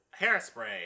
Hairspray